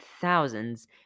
thousands